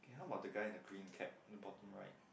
okay how about the guy in the green cap the bottom right